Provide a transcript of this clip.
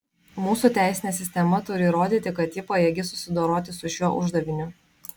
mūsų teisinė sistema turi įrodyti kad ji pajėgi susidoroti su šiuo uždaviniu